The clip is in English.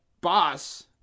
boss